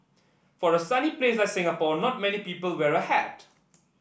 for a sunny place like Singapore not many people wear a hat